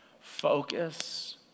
Focus